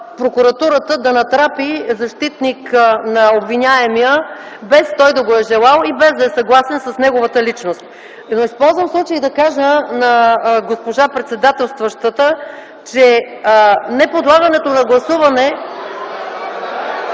прокуратурата да натрапи защитник на обвиняемия без той да го е желал и да е съгласен с неговата личност. Използвам случая да кажа на госпожа председателстващата, че… (Шум от ГЕРБ.)